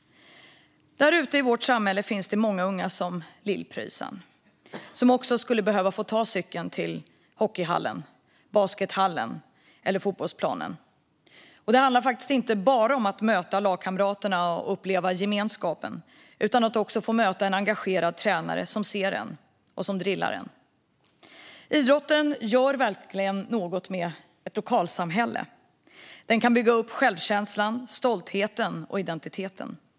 Där ute i vårt samhälle finns det många unga som Lill-Pröjsarn, som också skulle behöva få ta cykeln till hockeyhallen, baskethallen eller fotbollsplanen. Och det handlar inte bara om att möta lagkamraterna och uppleva gemenskapen utan också om att få möta en engagerad tränare som ser en och drillar en. Idrotten gör verkligen något med ett lokalsamhälle. Den kan bygga upp självkänslan, stoltheten och identiteten.